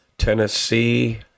Tennessee